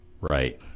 right